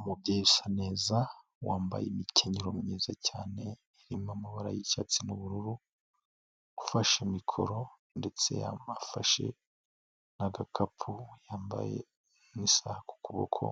Umubyeyi usaneza wambaye imikenyero myiza cyane irimo amabara yi'cyatsi n'ubururu, ufashe mikoro, ndetse yanafashe n'agakapu yambaye n'isaha ku kuboko,